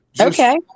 Okay